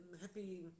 happy